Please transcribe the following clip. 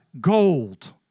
gold